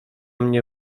mnie